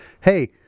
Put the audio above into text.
hey